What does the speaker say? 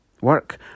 Work